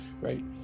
right